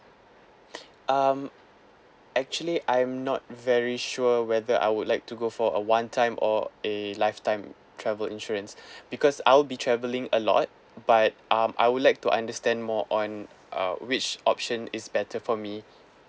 um actually I'm not very sure whether I would like to go for a one time or a lifetime travel insurance because I'll be travelling a lot but um I would like to understand more on uh which option is better for me